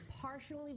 partially